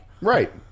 Right